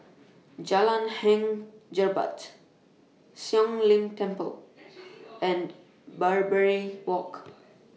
Jalan Hang Jebat Siong Lim Temple and Barbary Walk